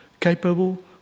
capable